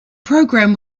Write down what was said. program